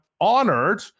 honored